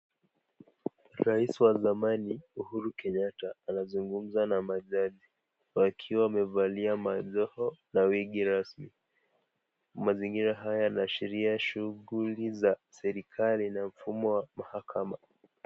Rais wa zamani, Uhuru Kenyatta, anazungumza na majaji akiwa amevalia majoho na wigi rasmi. Mazingira haya yanaashiria shughuli za serikali na mfumo wa mahakama.